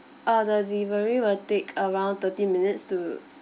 oh the delivery will take around thirty minutes to